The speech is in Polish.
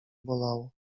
bolało